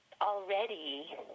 already